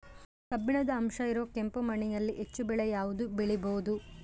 ಕಬ್ಬಿಣದ ಅಂಶ ಇರೋ ಕೆಂಪು ಮಣ್ಣಿನಲ್ಲಿ ಹೆಚ್ಚು ಬೆಳೆ ಯಾವುದು ಬೆಳಿಬೋದು?